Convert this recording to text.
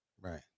Right